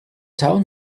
town